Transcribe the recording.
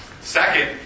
Second